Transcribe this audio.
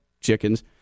chickens